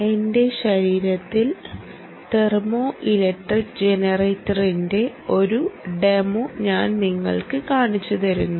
എന്റെ ശരീരത്തിൽ thermo electric ജനറേറ്ററിന്റെ ഒരു ഡെമോ ഞാൻ നിങ്ങൾക്ക് കാണിച്ചുതന്നിരുന്നു